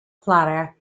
clara